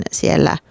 siellä